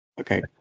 Okay